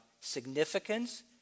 significance